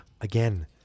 again